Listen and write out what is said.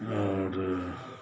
आओर